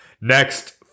Next